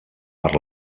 per